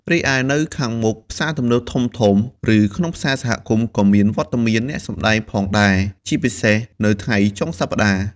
រីឯ នៅខាងមុខផ្សារទំនើបធំៗ ឬក្នុងផ្សារសហគមន៍ក៏មានវត្តមានអ្នកសម្ដែងផងដែរ ជាពិសេសនៅថ្ងៃចុងសប្ដាហ៍។